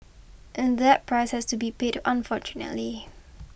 and that price has to be paid unfortunately